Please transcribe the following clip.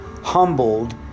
Humbled